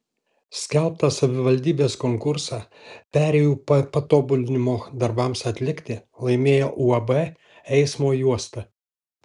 skelbtą savivaldybės konkursą perėjų patobulinimo darbams atlikti laimėjo uab eismo juosta